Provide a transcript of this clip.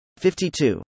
52